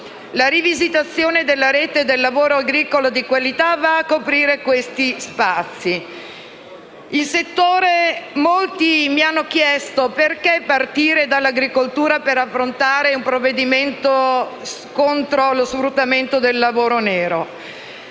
La rivisitazione della Rete del lavoro agricolo di qualità va a coprire questi spazi. Molti mi hanno chiesto: perché partire dall'agricoltura per affrontare un provvedimento contro lo sfruttamento del lavoro nero?